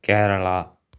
Kerala